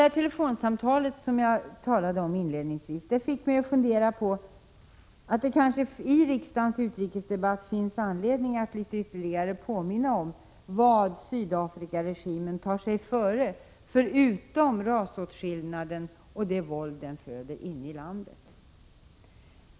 Det telefonsamtal som jag talade om inledningsvis fick mig att fundera över att det kanske i riksdagens utrikesdebatt finns anledning att litet ytterligare påminna om vad Sydafrikaregimen tar sig före, förutom rasåtskillnaden och det våld som den föder inne i landet.